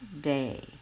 day